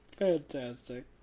Fantastic